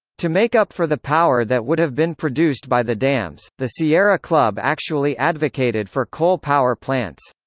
to make up for the power that would have been produced by the dams, the sierra club actually advocated for coal power plants.